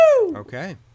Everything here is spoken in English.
Okay